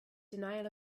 denial